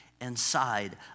inside